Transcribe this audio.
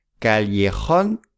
Callejón